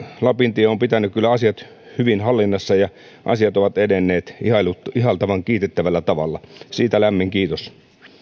lapintie on pitänyt kyllä asiat hyvin hallinnassa ja asiat ovat edenneet ihailtavan ihailtavan kiitettävällä tavalla siitä lämmin kiitos